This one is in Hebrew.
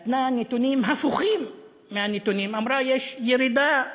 והייתה שם סגנית-ניצב שנתנה נתונים הפוכים מהנתונים ואמרה: יש ירידה,